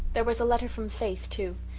there was a letter from faith, too.